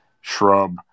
Shrub